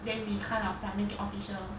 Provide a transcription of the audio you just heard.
then we kind of like make it official